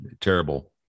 terrible